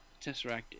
Tesseract